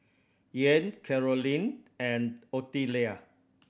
Ian Carolynn and Ottilia